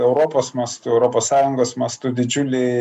europos mastu europos sąjungos mastu didžiuliai